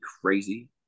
crazy